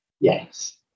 Yes